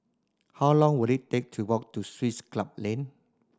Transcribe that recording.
how long will it take to walk to Swiss Club Lane